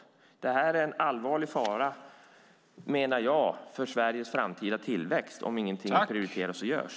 Jag menar att det är en allvarlig fara för Sveriges framtida tillväxt om ingenting görs.